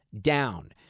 down